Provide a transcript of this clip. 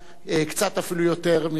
קצת אפילו יותר ממך,